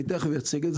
אני תיכף אציג את זה.